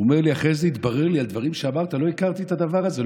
הוא אומר לי: אחרי זה התברר לי על דברים שאמרת לא הכרתי את הדבר הזה,